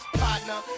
partner